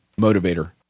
motivator